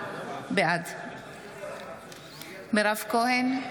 בעד מירב כהן,